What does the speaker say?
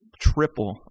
triple